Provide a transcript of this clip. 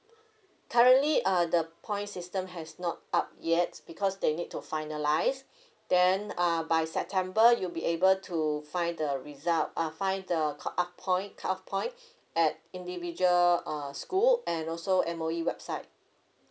currently err the point system has not up yet because they need to finalize then err by september you'll be able to find the result err find the cut off point cut off point at individual err school and also M_O_E website